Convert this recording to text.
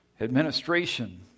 Administration